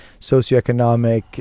socioeconomic